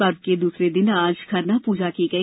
पर्व के दूसरे दिन आज खरना पूजा की गई